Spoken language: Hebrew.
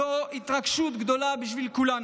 זו התרגשות גדולה בשביל כולנו,